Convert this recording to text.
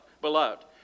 Beloved